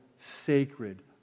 sacred